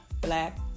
black